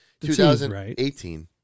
2018